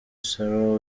sarah